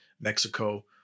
Mexico